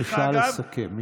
בבקשה לסכם.